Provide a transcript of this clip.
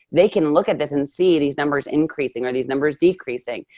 they can look at this and see these numbers increasing, or these numbers decreasing.